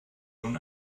nun